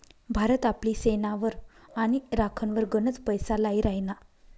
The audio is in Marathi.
भारत आपली सेनावर आणि राखनवर गनच पैसा लाई राहिना